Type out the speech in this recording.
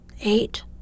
eight